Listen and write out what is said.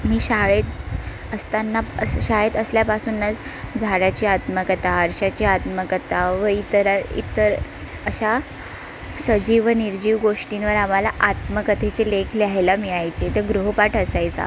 मी शाळेत असतांना असं शाळेत असल्यापासूनच झाडाची आत्मकथा आरशाची आत्मकथा व इतरा इतर अशा सजीव व निर्जीव गोष्टींवर आम्हाला आत्मकथेचे लेख लिहायला मिळायचे तो गृहपाठ असायचा